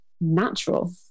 natural